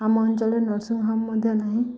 ଆମ ଅଞ୍ଚଳରେ nursing home ମଧ୍ୟ ନାହିଁ